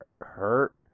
hurt